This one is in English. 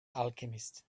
alchemist